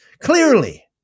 clearly